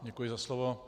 Děkuji za slovo.